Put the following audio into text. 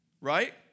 Right